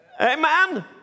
Amen